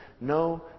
no